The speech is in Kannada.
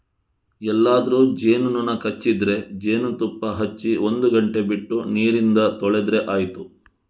ಎಲ್ಲಾದ್ರೂ ಜೇನು ನೊಣ ಕಚ್ಚಿದ್ರೆ ಜೇನುತುಪ್ಪ ಹಚ್ಚಿ ಒಂದು ಗಂಟೆ ಬಿಟ್ಟು ನೀರಿಂದ ತೊಳೆದ್ರೆ ಆಯ್ತು